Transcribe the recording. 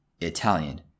Italian